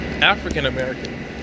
African-American